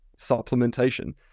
supplementation